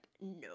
no